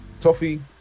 toffee